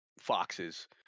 foxes